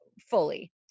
fully